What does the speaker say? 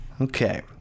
Okay